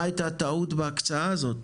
מה היתה הטעות בהקצאה הזאת,